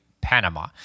Panama